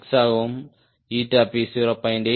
6 ஆகவும் P 0